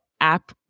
app